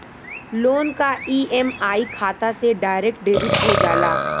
loan क EMI खाता से डायरेक्ट डेबिट हो जाला